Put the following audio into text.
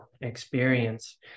experience